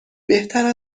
بهتر